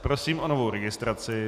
Prosím o novou registraci.